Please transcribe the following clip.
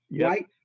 right